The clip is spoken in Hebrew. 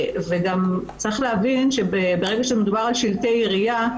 וגם צריך להבין שברגע שמדובר על שלטי עירייה,